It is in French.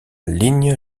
ligne